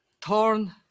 torn